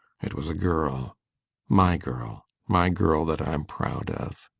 it was a girl my girl my girl that i'm proud of.